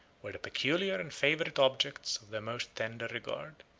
were the peculiar and favorite objects of their most tender regard.